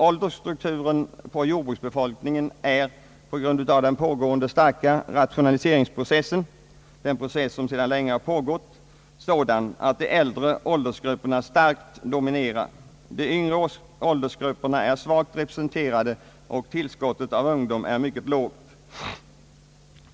Åldersstrukturen på jordbruksbefolkningen är på grund av den pågående starka rationaliseringsprocessen — en process som sedan länge har pågått — sådan att de äldre åldersgrupperna starkt dominerar. De yngre åldersgrupperna är svagt representerade och tillskottet av ungdom är mycket lågt.